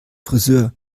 frisör